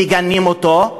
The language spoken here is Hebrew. מגנים אותו,